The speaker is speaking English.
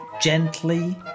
gently